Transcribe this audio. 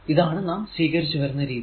ഇതാണ് നാം സ്വീകരിച്ചു വരുന്ന രീതി